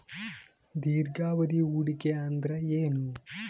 ದೀರ್ಘಾವಧಿ ಹೂಡಿಕೆ ಅಂದ್ರ ಏನು?